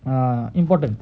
ah important